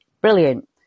Brilliant